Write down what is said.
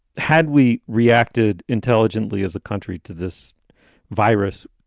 had we reacted intelligently as a country to this virus,